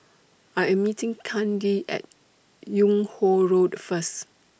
I Am meeting Kandy At Yung Ho Road First